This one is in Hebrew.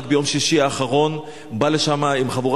רק ביום שישי האחרון הוא בא לשם עם חבורה